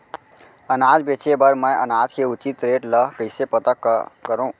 अनाज बेचे बर मैं अनाज के उचित रेट ल कइसे पता करो?